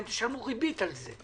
תשלמו ריבית על זה.